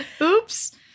Oops